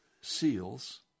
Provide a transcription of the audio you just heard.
seals